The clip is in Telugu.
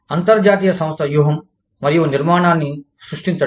అంతర్జాతీయ సంస్థ వ్యూహం మరియు నిర్మాణాన్ని సృష్టించడం